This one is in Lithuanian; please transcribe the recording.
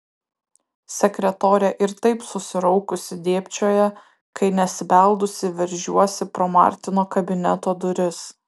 sekretorė ir taip susiraukusi dėbčioja kai nesibeldusi veržiuosi pro martino kabineto duris